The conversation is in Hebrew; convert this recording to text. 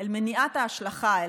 אל מניעת ההשלכה,